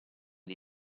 dei